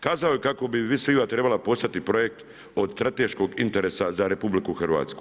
Kazao je kako bi Viv Viva trebala postati projekt od strateškog interesa za RH.